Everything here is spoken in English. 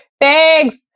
Thanks